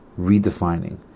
redefining